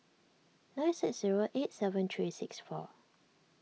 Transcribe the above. nine six zero eight seven three six four